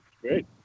great